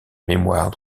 mémoire